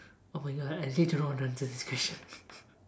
oh my god I actually don't know how to answer this question